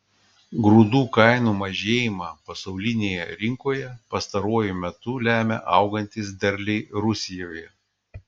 grūdų kainų mažėjimą pasaulinėje rinkoje pastaruoju metu lemia augantys derliai rusijoje